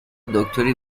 دکتری